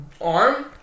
arm